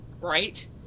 right